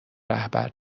رهبر